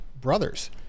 brothers